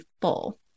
full